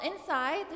inside